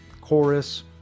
Chorus